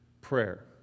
prayer